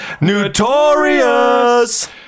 notorious